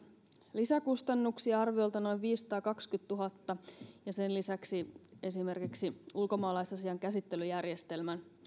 lisäkustannuksia arviolta noin viisisataakaksikymmentätuhatta euroa ja sen lisäksi esimerkiksi ulkomaalaisasian käsittelyjärjestelmän